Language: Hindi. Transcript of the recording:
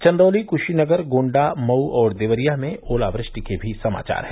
चंदौली कुशीनगर गोण्डा मऊ और देवरिया में ओलावृष्टि के भी समाचार हैं